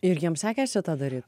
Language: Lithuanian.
ir jiems sekėsi tą daryt